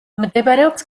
მდებარეობს